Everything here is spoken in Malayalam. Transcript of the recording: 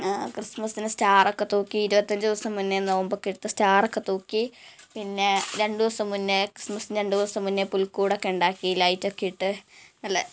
ക്രിസ്മസിന് സ്റ്റാറൊക്കെ തൂക്കി ഇരുപത്തഞ്ച് ദിവസം മുന്നേ നോമ്പൊക്കെ എടുത്ത് സ്റ്റാറൊക്കെ തൂക്കി പിന്നെ രണ്ടു ദിവസം മുന്നേ ക്രിസ്മസിന് രണ്ടു ദിവസം മുന്നേ പുല്ക്കൂടൊക്കെ ഉണ്ടാക്കി ലൈറ്റൊക്കെ ഇട്ട് നല്ല